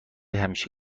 همیشه